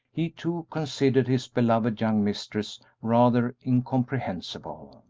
he, too, considered his beloved young mistress rather incomprehensible.